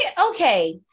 Okay